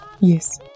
Yes